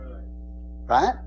Right